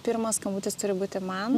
pirmas skambutis turi būti man